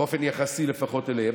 באופן יחסי לפחות אליהם,